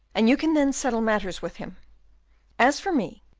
and you can then settle matters with him as for me,